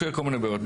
יש כל מיני בעיות.